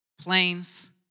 planes